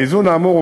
באיזון האמור,